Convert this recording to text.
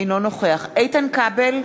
אינו נוכח איתן כבל,